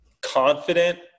confident